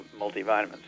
multivitamins